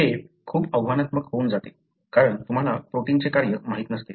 हे खूप आव्हानात्मक होऊन जाते कारण तुम्हाला प्रोटीनचे कार्य माहित नसते